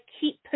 keep